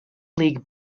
league